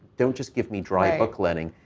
don't just give me dry-book learning.